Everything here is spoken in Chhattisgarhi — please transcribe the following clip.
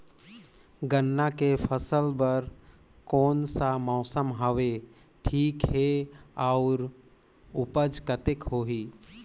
गन्ना के फसल बर कोन सा मौसम हवे ठीक हे अउर ऊपज कतेक होही?